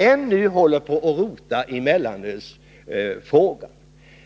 ännu håller på och rotar i mellanölsfrågan.